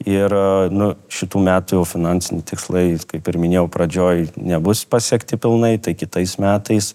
ir nu šitų metų finansiniai tikslai kaip ir minėjau pradžioj nebus pasiekti pilnai tai kitais metais